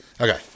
Okay